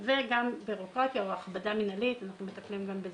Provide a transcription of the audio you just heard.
וגם בירוקרטיה או הכבדה מינהלית ואנחנו מטפלים גם בזה.